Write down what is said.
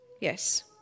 Yes